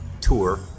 tour